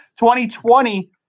2020